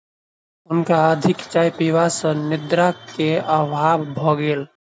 हुनका अधिक चाय पीबा सॅ निद्रा के अभाव भ गेल